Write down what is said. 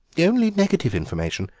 only negative information.